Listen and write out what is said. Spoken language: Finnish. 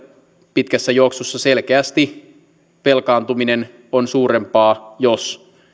pitkässä juoksussa selkeästi velkaantuminen on suurempaa siis jos